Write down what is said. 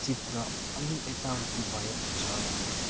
चित्र अलि एताउति भएको छ